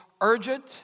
urgent